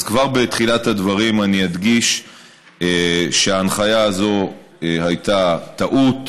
אז כבר בתחילת הדברים אני אדגיש שההנחיה הזאת הייתה טעות.